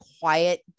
quiet